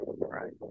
right